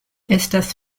estas